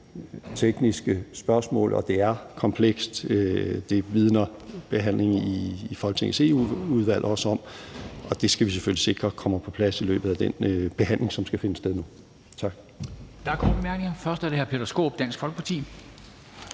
tekniske spørgsmål, for det er komplekst – det vidner behandlingen i Folketingets Europaudvalg også om – og det skal vi selvfølgelig sikre kommer på plads i løbet af den behandling, som skal finde sted nu. Tak.